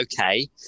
okay